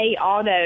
Auto